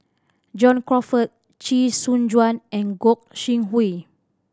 John Crawfurd Chee Soon Juan and Gog Sing Hooi